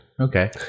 Okay